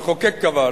המחוקק קבע,